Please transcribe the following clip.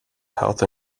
health